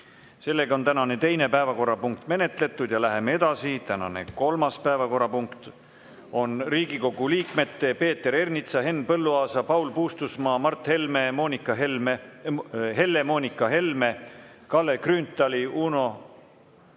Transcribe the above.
Sellega on tänane teine päevakorrapunkt menetletud. Ja läheme edasi. Tänane kolmas päevakorrapunkt on Riigikogu liikmete Peeter Ernitsa, Henn Põlluaasa, Paul Puustusmaa, Mart Helme, Helle-Moonika Helme, Kalle Grünthali, Uno